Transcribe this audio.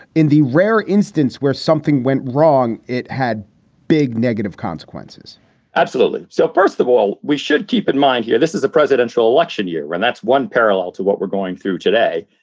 in the rare instance where something went wrong, it had big negative consequences absolutely. so, first of all, we should keep in mind here, this is a presidential election year. and that's one parallel to what we're going through today.